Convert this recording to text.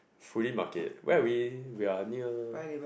fully market where are we we are near